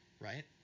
right